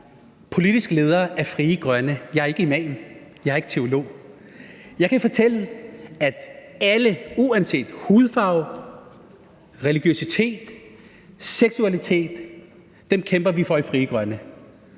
politisk leder af Frie Grønne – jeg er ikke imam, jeg er ikke teolog. Jeg kan fortælle, at vi kæmper for alle uanset hudfarve, religiøsitet, seksualitet i Frie Grønne.